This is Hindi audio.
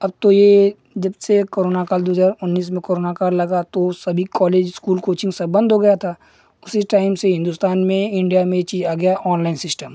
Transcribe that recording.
अब तो ये जब से करोना काल दो हज़ार उन्नीस में कोरोना काल लगा तो सभी कॉलेज इस्कूल कोचिंग सब बंद हो गया था उसी टाइम से हिंदुस्तान में इंडिया में ये चीज़ आ गया ऑनलाइन सिस्टम